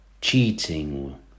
cheating